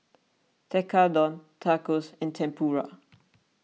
Tekkadon Tacos and Tempura